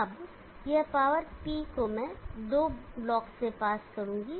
अब यह power P को मैं दो ब्लॉकों से पास करूंगा